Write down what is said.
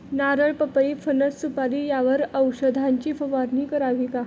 नारळ, पपई, फणस, सुपारी यावर औषधाची फवारणी करावी का?